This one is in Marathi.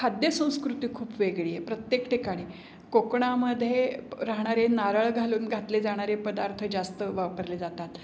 खाद्यसंस्कृती खूप वेगळी आहे प्रत्येक ठिकाणी कोकणामध्ये राहणारे नारळ घालून घातले जाणारे पदार्थ जास्त वापरले जातात